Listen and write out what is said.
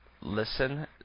listen